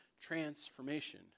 transformation